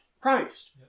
Christ